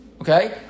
Okay